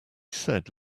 said